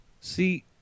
See